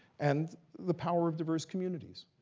and the power of diverse communities.